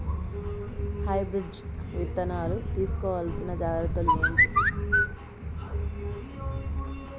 Hybrid విత్తనాలు తీసుకోవాల్సిన జాగ్రత్తలు ఏంటి?